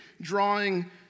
drawing